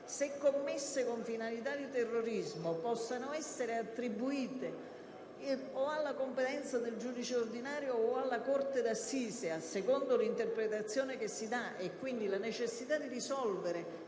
se commesse con finalità di terrorismo possano essere attribuite alla competenza del giudice ordinario o alla corte d'assise a seconda dell'interpretazione che si dà (quindi bisogna risolvere